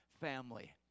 family